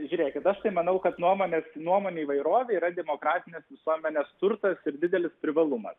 žiūrėkit aš tai manau kad nuomonės nuomonių įvairovė yra demokratinės visuomenės turtas ir didelis privalumas